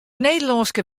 nederlânske